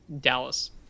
Dallas